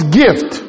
gift